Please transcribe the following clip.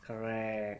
correct